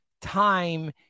time